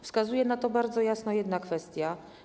Wskazuje na to bardzo jasno jedna kwestia.